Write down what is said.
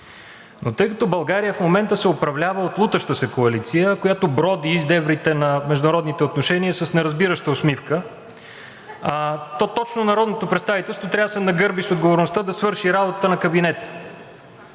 Но тъй като България в момента се управлява от лутаща се коалиция, която броди из дебрите на международните отношения с неразбираща усмивка, то точно Народното представителство трябва да се нагърби с отговорността да свърши работата на кабинета.